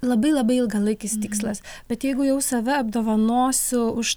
labai labai ilgalaikis tikslas bet jeigu jau save apdovanosiu už